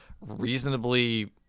reasonably